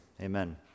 Amen